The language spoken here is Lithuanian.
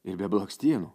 ir be blakstienų